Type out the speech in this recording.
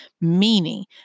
meaning